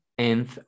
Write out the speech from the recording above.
End